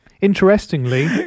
Interestingly